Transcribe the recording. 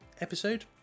episode